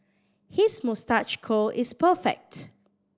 his moustache curl is perfect